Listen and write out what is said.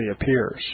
appears